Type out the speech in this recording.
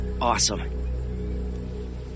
Awesome